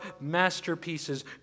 masterpieces